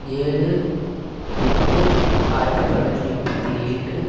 ஏழு எட்டு ஆயிரத்தி தொள்ளாயிரத்தி எண்பத்தி ஏழு